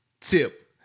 tip